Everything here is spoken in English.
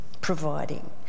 providing